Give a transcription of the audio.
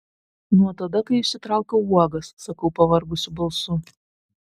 nuo tada kai išsitraukiau uogas sakau pavargusiu balsu